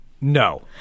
No